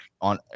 on